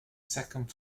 second